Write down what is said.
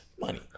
Money